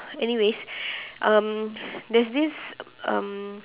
anyways um there's this um